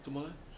做么 leh